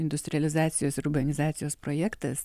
industrializacijos urbanizacijos projektas